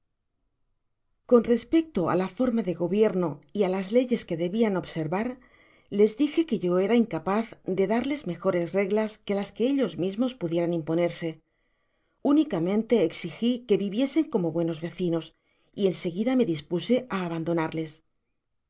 con respecto á la forma de gobierno y á las leyes que debian observar les dije que yo era incapaz de darles mejores reglas que las que ellos mismos pudieran imponerse unicamente exigi que viviesen como buenos vecinos y en seguida me dispuse á abandonarles